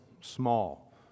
small